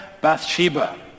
Bathsheba